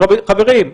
חברים,